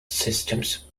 systems